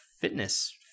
fitness